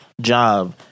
job